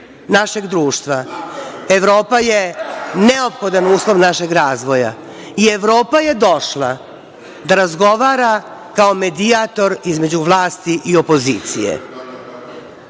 našeg društva. Evropa je neophodan uslov našeg razvoja i Evropa je došla da razgovara kao medijator između vlasti i opozicije.